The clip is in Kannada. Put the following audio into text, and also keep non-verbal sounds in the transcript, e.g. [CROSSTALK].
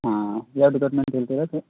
ಹಾಂ ಯಾವ ಡಿಪಾರ್ಟ್ಮೆಂಟ್ [UNINTELLIGIBLE] ಸರ್